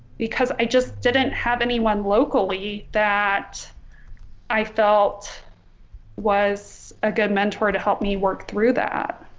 because i just didn't have anyone locally that i felt was a good mentor to help me work through that.